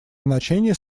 значения